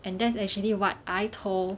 and that's actually what I told